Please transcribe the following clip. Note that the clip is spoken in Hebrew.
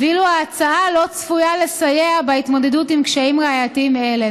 ואילו ההצעה לא צפויה לסייע בהתמודדות עם קשיים ראייתיים אלה.